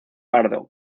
pardo